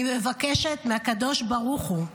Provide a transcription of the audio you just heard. אני מבקשת מהקדוש ברוך הוא,